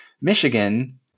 Michigan